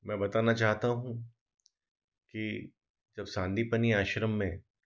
मैं बताना चाहता हूँ कि जब संदीपनि आश्रम में